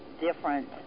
different